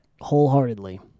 wholeheartedly